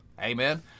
Amen